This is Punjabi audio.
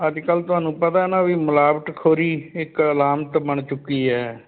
ਅੱਜ ਕੱਲ੍ਹ ਤੁਹਾਨੂੰ ਪਤਾ ਨਾ ਵੀ ਮਿਲਾਵਟ ਖੋਰੀ ਇੱਕ ਅਲਾਮਤ ਬਣ ਚੁੱਕੀ ਹੈ